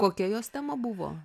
kokia jos tema buvo